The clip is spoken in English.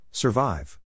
Survive